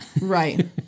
Right